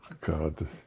god